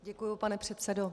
Děkuji, pane předsedo.